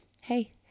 hey